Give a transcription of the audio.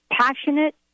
passionate